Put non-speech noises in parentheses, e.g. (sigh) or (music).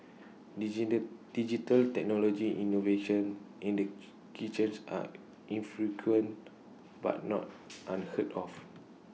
(unintelligible) digital technology innovations in the (unintelligible) kitchens are infrequent but not unheard of